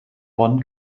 bonn